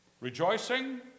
Rejoicing